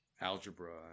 algebra